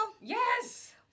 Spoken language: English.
Yes